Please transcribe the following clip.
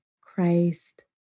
Christ